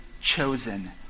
chosen